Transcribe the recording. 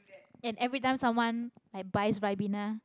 and every time someone like buys ribena